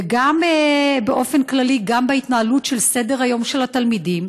וגם באופן כללי בהתנהלות של סדר-היום של התלמידים.